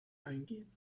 eingehen